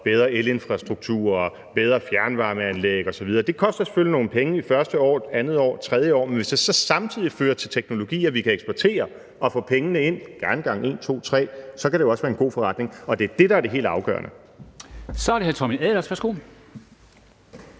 bedre elinfrastruktur, bedre fjernvarmeanlæg osv., koster selvfølgelig nogle penge det første år, andet år og tredje år. Men hvis det så samtidig fører til teknologier, vi kan eksportere og få pengene ind via, gerne gange en, to eller tre, så kan det jo også være en god forretning. Og det er det, der er det helt afgørende.